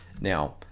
Now